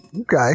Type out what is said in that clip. Okay